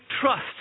trust